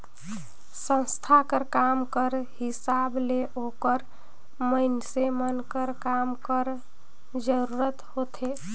संस्था कर काम कर हिसाब ले ओकर मइनसे मन कर काम कर जरूरत होथे